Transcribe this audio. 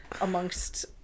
amongst